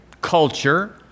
culture